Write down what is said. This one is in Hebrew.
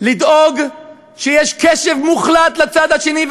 לדאוג שיש קשב מוחלט לצד השני,